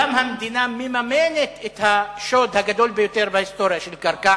המדינה מממנת את השוד הגדול ביותר בהיסטוריה של קרקע,